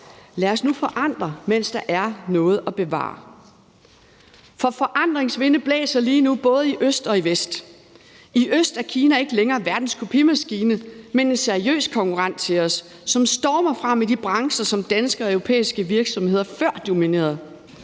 Lad os nu forandre, mens der er noget at bevare. For forandringens vinde blæser lige nu både i øst og i vest. I øst er Kina ikke længere verdens kopimaskine, men en seriøs konkurrent til os, og som stormer frem i de brancher, som danske og europæiske virksomheder før dominerede.